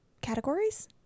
categories